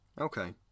Okay